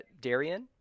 Darian